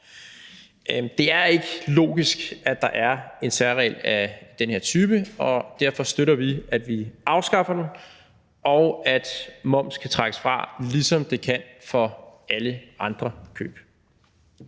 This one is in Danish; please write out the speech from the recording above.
Det er ikke logisk, at der er en særregel af den her type, og derfor støtter vi, at vi afskaffer den, og at moms kan trækkes fra, ligesom det kan for alle andre køb.